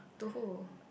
to who